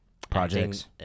projects